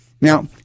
now